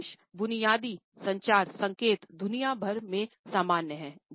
अधिकांश बुनियादी संचार संकेत दुनिया भर में समान हैं